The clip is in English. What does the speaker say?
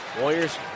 Warriors